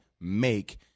make